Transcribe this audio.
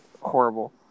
horrible